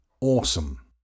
awesome